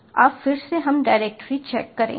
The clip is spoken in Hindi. अब फिर से हम डायरेक्टरी चेक करेंगे